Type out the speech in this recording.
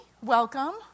Welcome